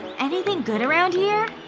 anything good around here?